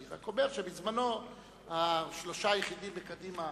אני רק אומר שהשלושה היחידים בקדימה